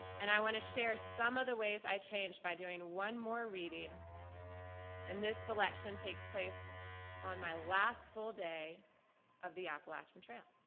and i want to share some of the ways i changed by doing one more reading and this selection takes place on my last full day of the appalachian trail.